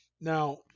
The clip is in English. Now